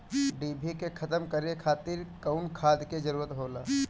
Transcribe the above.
डिभी के खत्म करे खातीर कउन खाद के जरूरत होला?